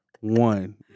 one